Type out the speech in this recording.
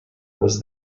was